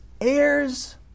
heirs